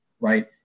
right